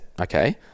okay